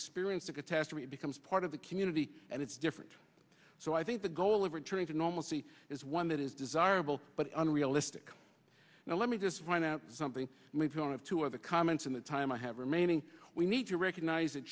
experienced a catastrophe it becomes part of the community and it's different so i think the goal of returning to normalcy is one that is desirable but unrealistic now let me just point out something in return of two of the comments in the time i have remaining we need to recognize that